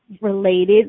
related